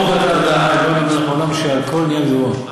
ברוך אתה ה' אלוהינו מלך העולם שהכול נהיה בדברו.